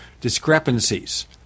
discrepancies